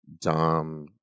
Dom